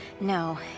No